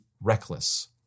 reckless